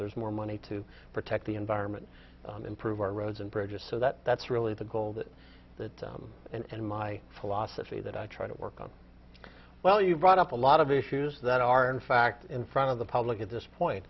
there's more money to protect the environment improve our roads and bridges so that that's really the goal that that and my philosophy that i try to work on well you brought up a lot of issues that are in fact in front of the public at this point